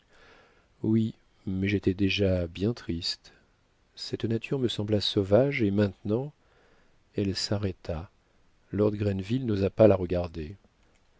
oui mais j'étais déjà bien triste cette nature me sembla sauvage et maintenant elle s'arrêta lord grenville n'osa pas la regarder